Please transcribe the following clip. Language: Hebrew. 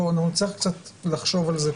צריך קצת לחשוב על זה,